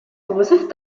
josef